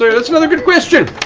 that's another good question.